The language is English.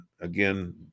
again